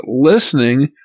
listening